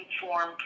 form